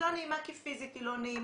היא לא נעימה כי פיזית היא לא נעימה,